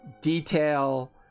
detail